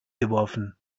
geworfen